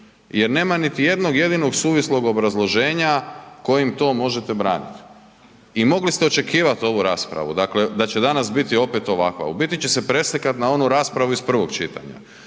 jer nema niti jednog jedinog suvislog obrazloženja kojim to možete branit i mogli ste očekivat ovu raspravu, dakle da će danas biti opet ovakva, u biti će se preslikat na onu raspravu iz prvog čitanja.